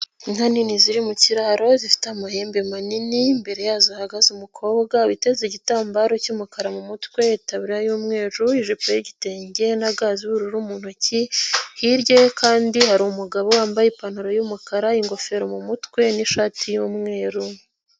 Inka nini ziri mu kiraro zifite amahembe manini imbere yazo ahagaze umukobwa witeze igitambaro cy'umukara mu mutwe, itaburiya y'umweru, ijipo y'igitenge na ga z'ubururu mu ntoki, hirya ye kandi hari umugabo wambaye ipantaro y'umukara ingofero mu mutwe n'ishati y'umweru.